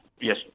Yes